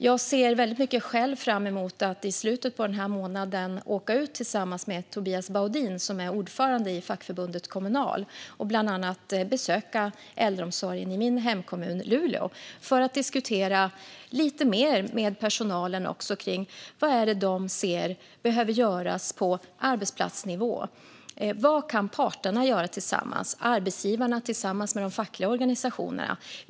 Jag ser själv väldigt mycket fram emot att i slutet av den här månaden åka ut tillsammans med Tobias Baudin, som är ordförande i fackförbundet Kommunal, och bland annat besöka äldreomsorgen i min hemkommun Luleå för att diskutera lite mer med personalen. Vad är det de ser behöver göras på arbetsplatsnivå? Vad kan parterna göra tillsammans, arbetsgivarna tillsammans med de fackliga organisationerna?